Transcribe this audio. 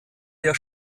der